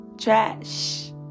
Trash